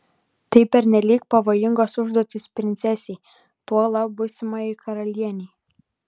tai pernelyg pavojingos užduotys princesei tuolab būsimajai karalienei